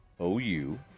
OU